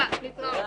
תודה ולהתראות.